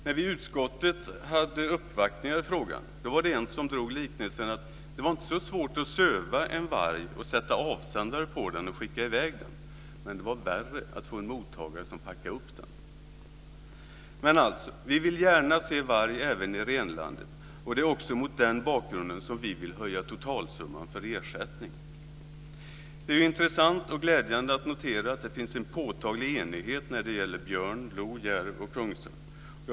När vi i utskottet hade uppvaktningar i frågan var det en person som gjorde en liknelse. Det var inte så svårt att söva en varg, sätta avsändare på den och skicka i väg den, men det var värre att få en mottagare som packade upp den. Vi vill gärna se varg även i renlandet. Det är också mot den bakgrunden som vi vill höja totalsumman för ersättning. Det är intressant och glädjande att notera att det finns en påtaglig enighet när det gäller björn, lo, järv och kungsörn.